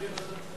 להשתתף.